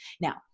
Now